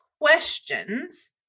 questions